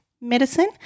medicine